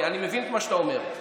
אני מבין את מה שאתה אומר.